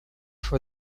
for